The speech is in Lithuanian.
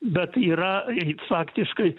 bet yra faktiškai